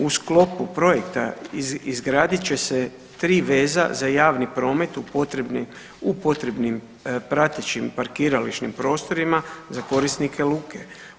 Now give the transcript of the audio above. U sklopu projekta izgradit će se 3 veza za javni promet u potrebnim pratećim parkirališnim prostorima za korisnike luke.